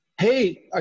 hey